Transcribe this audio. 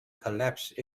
collapsed